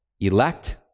Elect